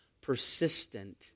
persistent